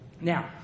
Now